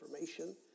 information